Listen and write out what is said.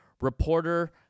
Reporter